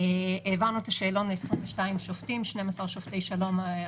העברנו את השאלון ל-22 שופטים 12 שופטי שלום,